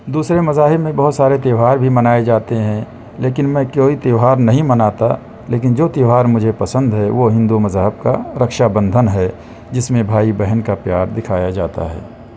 دوسرے مذاہب میں بہت سارے تہوار بھی منائے جاتے ہیں لیکن میں کوئی تہوار نہیں مناتا لیکن جو تہوار مجھے پسند ہے وہ ہندو مذہب کا رکشابندھن ہے جس میں بھائی بہن کا پیار دکھایا جاتا ہے